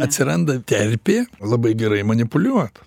atsiranda terpė labai gerai manipuliuot